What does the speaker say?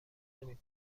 نمی